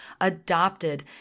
adopted